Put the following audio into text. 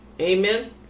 Amen